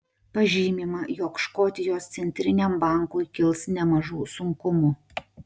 pažymima jog škotijos centriniam bankui kils nemažų sunkumų